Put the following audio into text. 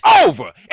over